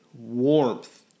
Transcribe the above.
warmth